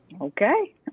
Okay